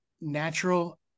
natural